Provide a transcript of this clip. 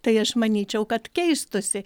tai aš manyčiau kad keistųsi